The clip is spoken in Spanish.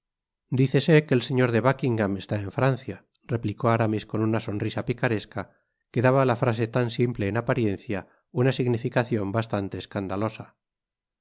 dícese que el señor de buckingam está en francia replicó aramis con una sonrisa picaresca que daba á la frase tan simple en apariencia una significacion bastante escandalosa